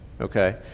okay